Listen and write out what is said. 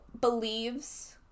believes